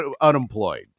unemployed